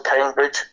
Cambridge